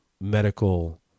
medical